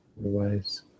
Otherwise